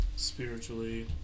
Spiritually